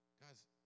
Guys